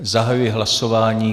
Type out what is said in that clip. Zahajuji hlasování.